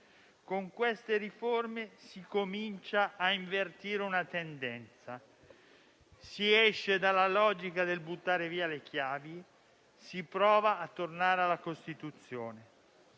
con queste riforme si comincia a invertire una tendenza, si esce dalla logica del buttare via le chiavi, si prova a tornare alla Costituzione.